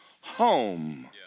home